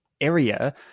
area